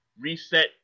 reset